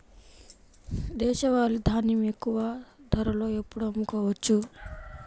దేశవాలి ధాన్యం ఎక్కువ ధరలో ఎప్పుడు అమ్ముకోవచ్చు?